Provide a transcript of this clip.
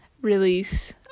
release